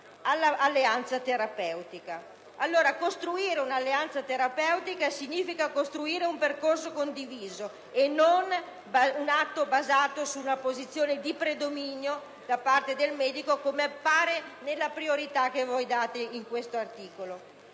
Allora, costruire un'alleanza terapeutica significa costruire un percorso condiviso, non un atto basato su una posizione di predominio da parte del medico, come appare nella priorità che date in quest'articolo.